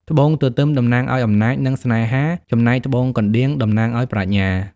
ត្បូងទទឹមតំណាងឱ្យអំណាច និងស្នេហា ចំណែកត្បូងកណ្ដៀងតំណាងឱ្យប្រាជ្ញា។